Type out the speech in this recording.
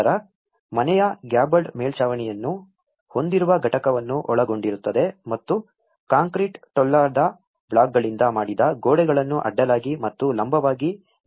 ನಂತರ ಮನೆಯು ಗೇಬಲ್ಡ್ ಮೇಲ್ಛಾವಣಿಯನ್ನು ಹೊಂದಿರುವ ಘಟಕವನ್ನು ಒಳಗೊಂಡಿರುತ್ತದೆ ಮತ್ತು ಕಾಂಕ್ರೀಟ್ ಟೊಳ್ಳಾದ ಬ್ಲಾಕ್ಗಳಿಂದ ಮಾಡಿದ ಗೋಡೆಗಳನ್ನು ಅಡ್ಡಲಾಗಿ ಮತ್ತು ಲಂಬವಾಗಿ ಬಲಪಡಿಸಲಾಗಿದೆ